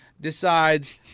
decides